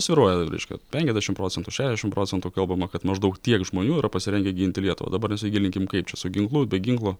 svyruoja reiškia penkiasdešim procentų šešiasdešim procentų kalbama kad maždaug tiek žmonių yra pasirengę ginti lietuvą dabar nesigilinkim kaip čia su ginklu be ginklo